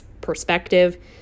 perspective